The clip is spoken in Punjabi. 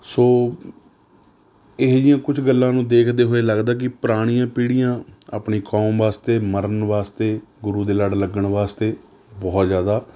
ਸੋ ਇਹੋ ਜਿਹੀਆਂ ਕੁਛ ਗੱਲਾਂ ਨੂੰ ਦੇਖਦੇ ਹੋਏ ਲੱਗਦਾ ਹੈ ਕਿ ਪੁਰਾਣੀਆਂ ਪੀੜ੍ਹੀਆਂ ਆਪਣੀ ਕੋਮ ਵਾਸਤੇ ਮਰਨ ਵਾਸਤੇ ਗੁਰੁ ਦੇ ਲੜ੍ਹ ਲੱਗਣ ਵਾਸਤੇ ਬਹੁਤ ਜ਼ਿਆਦਾ